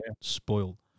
Spoiled